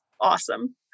awesome